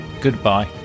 Goodbye